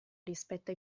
rispetto